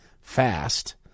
fast